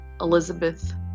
Elizabeth